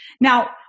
Now